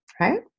Right